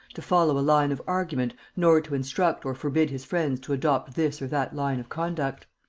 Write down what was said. to follow a line of argument nor to instruct or forbid his friends to adopt this or that line of conduct.